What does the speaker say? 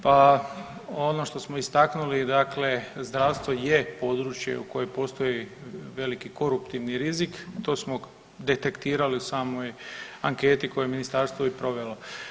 Pa ono što smo istaknuli dakle, zdravstvo je područje u kojem postoji veliki koruptivni rizik, to smo detektirali u samoj anketi koje je Ministarstvo i provelo.